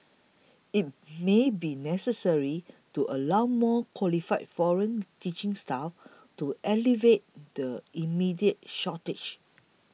it may be necessary to allow more qualified foreign teaching staff to alleviate the immediate shortage